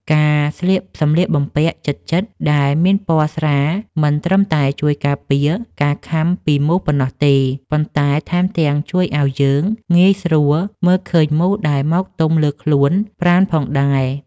ការស្លៀកសម្លៀកបំពាក់ជិតៗដែលមានពណ៌ស្រាលមិនត្រឹមតែជួយការពារការខាំពីមូសប៉ុណ្ណោះទេ ប៉ុន្តែថែមទាំងជួយឱ្យយើងងាយស្រួលមើលឃើញមូសដែលមកទុំលើខ្លួនប្រាណផងដែរ។